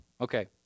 Okay